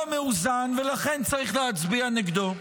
לא מאוזן, ולכן צריך להצביע נגדו.